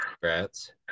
Congrats